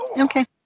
Okay